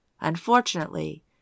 Unfortunately